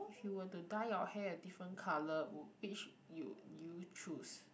if you were to dye your hair a different colour would which you you choose